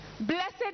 blessed